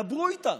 דברו איתם.